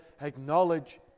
acknowledge